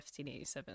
1587